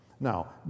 Now